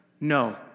no